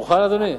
מוכן, אדוני?